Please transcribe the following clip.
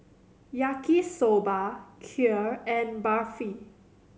Yaki Soba Kheer and Barfi